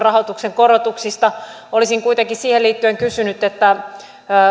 rahoituksen korotuksista olisin kuitenkin siihen liittyen kysynyt